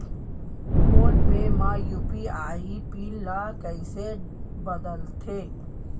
Phone पे म UPI pin ल कइसे बदलथे?